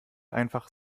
einfach